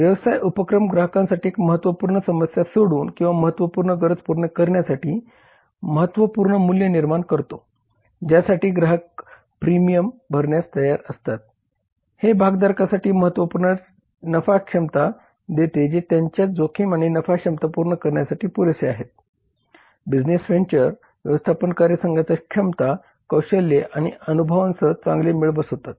व्यवसाय उपक्रम ग्राहकांसाठी एक महत्त्वपूर्ण समस्या सोडवून किंवा महत्त्वपूर्ण गरज पूर्ण करण्यासाठी महत्त्वपूर्ण मूल्य निर्माण करतो ज्यासाठी ग्राहक प्रीमियम भरण्यास तयार असतात हे भागधारकासाठी महत्त्वपूर्ण नफा क्षमता देते जे त्यांच्या जोखीम आणि नफा क्षमता पूर्ण करण्यासाठी पुरेसे आहेत बिझनेस व्हेंचर व्यवस्थापन कार्यसंघाच्या क्षमता कौशल्ये आणि अनुभवांसह चांगले मेळ बसवतात